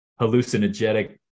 hallucinogenic